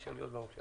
מאשר להיות בממשלה.